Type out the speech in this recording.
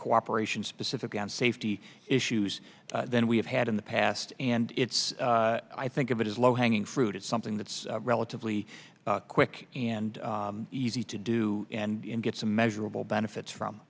cooperation specifically on safety issues than we have had in the past and it's i think if it is low hanging fruit it's something that's relatively quick and easy to do and get some measurable benefits from